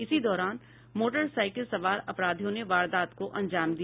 इसी दौरान मोटरसाईकिल सवार अपराधियोंने वारदात को अंजाम दिया